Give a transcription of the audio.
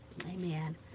amen